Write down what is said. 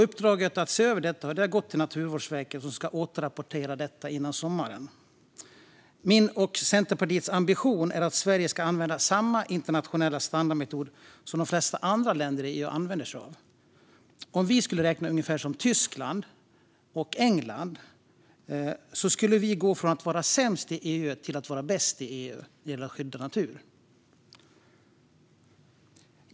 Uppdraget att se över detta har gått till Naturvårdsverket, som ska återrapportera innan sommaren. Min och Centerpartiets ambition är att Sverige ska använda samma internationella standardmetod som de flesta andra länder i EU använder sig av. Om vi skulle räkna ungefär som Tyskland och England skulle vi gå från att vara sämst i EU till att vara bäst i EU när det gäller skydd av natur.